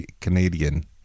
Canadian